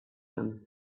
them